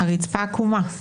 הרצפה עקומה.